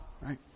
right